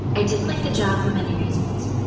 i didn't like the job for many reasons.